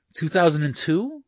2002